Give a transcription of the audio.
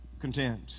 content